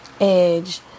Edge